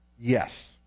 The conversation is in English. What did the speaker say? Yes